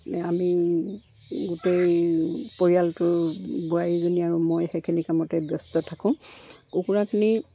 আমি গোটেই পৰিয়ালটো বোৱাৰীজনী আৰু মই সেইখিনি কামতে ব্যস্ত থাকোঁ কুকুৰাখিনি